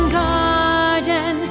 garden